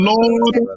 Lord